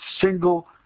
single